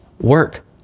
work